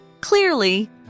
Clearly